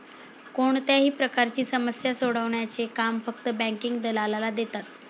कोणत्याही प्रकारची समस्या सोडवण्याचे काम फक्त बँकिंग दलालाला देतात